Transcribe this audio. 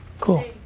cool,